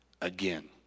again